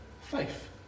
Faith